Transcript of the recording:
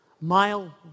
mile